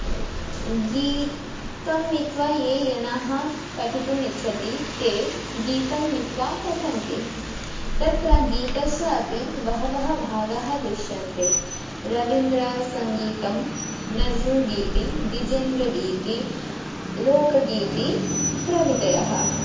गीतं नीत्वा ये जनाः पठितुमिच्छन्ति ते गीतं नीत्वा पठन्ति तत्र गीतस्य अपि बहवः भागाः दृश्यन्ते रविन्द्रासङ्गीतं नस्रुल्गीति विजेन्द्रगीति लोकगीति प्रवितयः